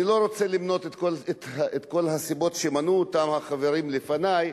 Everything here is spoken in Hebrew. אני לא רוצה למנות את כל הסיבות שמנו החברים לפני,